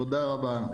תודה רבה.